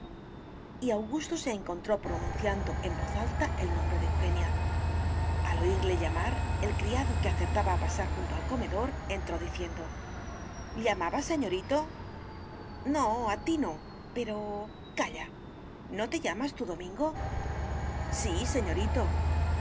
y augusto se encontró pronunciando en voz alta el nombre de eugenia al oirle llamar el criado que acertaba a pasar junto al comedor entró diciendo llamaba señorito no a ti no pero calla no te llamas tú domingo sí